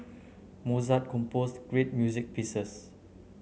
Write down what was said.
Mozart composed great music pieces